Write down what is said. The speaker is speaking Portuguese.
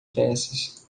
peças